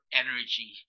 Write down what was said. energy